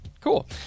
Cool